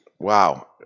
Wow